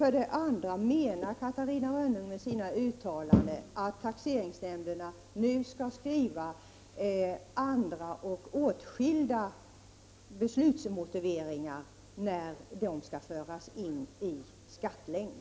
För det andra: Menar Catarina Rönnung med sina uttalanden att taxeringsnämnderna nu skall skriva andra och åtskilda beslutsmotiveringar när det skall föras in i skattlängden?